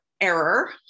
error